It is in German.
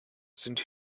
sind